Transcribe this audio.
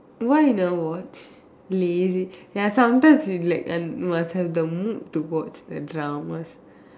why you never watch lazy ya sometimes you like and must have the mood to watch the dramas